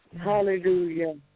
Hallelujah